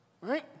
right